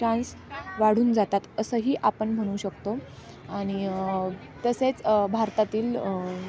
chance वाढून जातात असंही आपण म्हणू शकतो आणि तसेच भारतातील